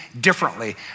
differently